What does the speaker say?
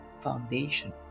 foundation